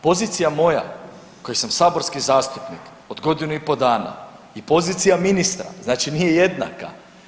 Pozicija moja koji sam saborski zastupnik od godinu i pol dana i pozicija ministra znači nije jednaka.